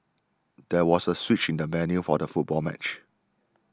there was a switch in the venue for the football match